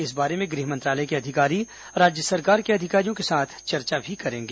इस बारे में गृह मंत्रालय के अधिकारी राज्य सरकार के अधिकारियों के साथ चर्चा भी करेंगे